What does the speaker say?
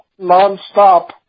nonstop